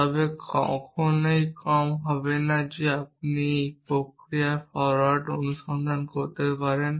তবে কখনই কম হবে না যদি আপনি একটি প্রক্রিয়ার ফরোয়ার্ড অনুসন্ধান করতে থাকেন